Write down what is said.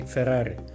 Ferrari